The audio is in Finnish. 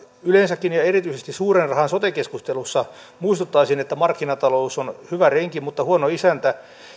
yleensäkin ja erityisesti suuren rahan sote keskustelussa muistuttaisin että markkinatalous on hyvä renki mutta huono isäntä